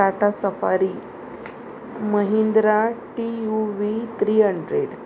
Tata Safari Mahindra T U V three hundred